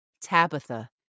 Tabitha